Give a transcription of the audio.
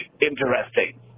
interesting